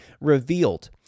revealed